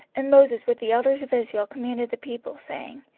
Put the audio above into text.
and moses with the elders of israel commanded the people, saying,